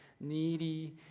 needy